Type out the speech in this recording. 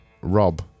rob